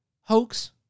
hoax